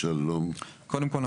קודם כל,